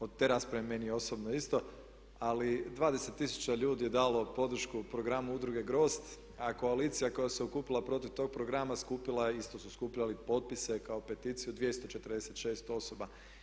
Od te rasprave meni osobno isto, ali 20000 ljudi je dalo podršku programu udruge „Grozd“ a koalicija koja se okupila protiv tog programa skupila je, isto su skupljali potpise kao peticiju 246 osoba.